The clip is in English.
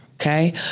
okay